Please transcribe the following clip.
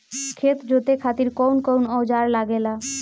खेत जोते खातीर कउन कउन औजार लागेला?